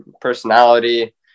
personality